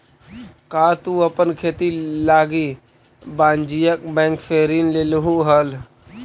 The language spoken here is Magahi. का तु अपन खेती लागी वाणिज्य बैंक से ऋण लेलहुं हल?